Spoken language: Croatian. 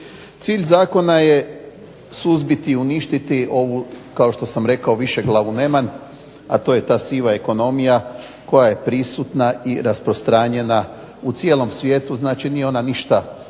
Cilj zakona je suzbiti i uništiti ovu kao što sam rekao višeglavu nemam, a to je ta siva ekonomija koja je prisutne i rasprostranjena u cijelom svijetu znači nije ona ništa